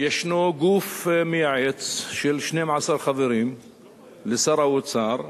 ישנו גוף מייעץ של 12 חברים לשר האוצר,